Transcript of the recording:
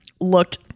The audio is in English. looked